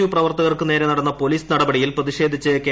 U പ്രവർത്തകർക്കു നേരെ നടന്ന പോലീസ് നടപടിയിൽ പ്രതിഷേധിച്ച് കെ